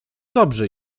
dobrze